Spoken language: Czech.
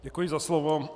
Děkuji za slovo.